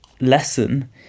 lesson